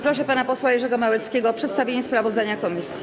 Proszę pana posła Jerzego Małeckiego o przedstawienie sprawozdania komisji.